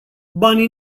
banii